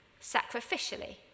sacrificially